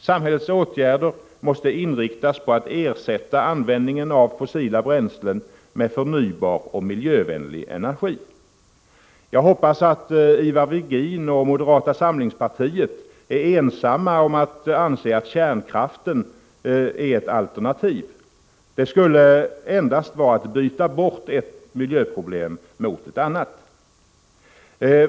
Samhällets åtgärder måste inriktas på att ersätta användningen av fossila bränslen med förnybar och miljövänlig energi. Jag hoppas att Ivar Virgin och de andra moderaterna är ensamma om att anse att kärnkraften är ett alternativ. Det skulle endast vara att gå från ett miljöproblem till ett annat.